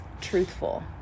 truthful